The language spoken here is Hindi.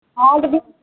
खाद भी